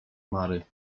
mary